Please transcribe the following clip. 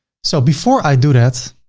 so before i do that,